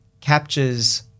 captures